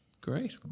Great